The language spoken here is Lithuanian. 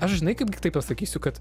ar žinai kaip tai pasakysiu kad